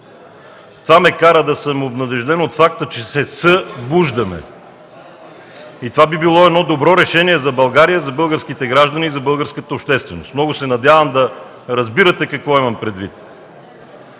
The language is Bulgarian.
Това ме кара да съм обнадежден от факта, че се съ-буждаме. И това би било едно добро решение за България, за българските граждани, за българската общественост. Много се надявам да разбирате какво имам предвид.